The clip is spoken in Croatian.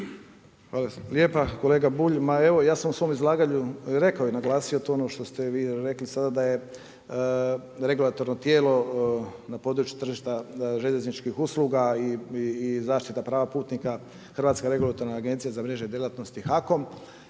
Hvala lijepa. Kolega Bulj ma evo ja sam u svom izlaganju rekao i naglasio to što ste vi rekli sada da je regulatorno tijelo na području tržišta željezničkih usluga i zaštita prava putnika HAKOM. Ja sada ne bi ulazio u